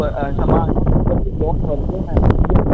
पर छा मां कॾहिं लोन वरितो नाहे त मुंहिंजो